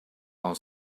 our